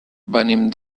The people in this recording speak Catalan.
venim